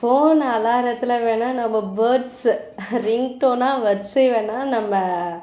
phone அலாரத்தில் வேணால் நம்ம பேர்ட்ஸ்ஸு ரிங் டோனாக வச்சு வேணால் நம்ம